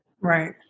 Right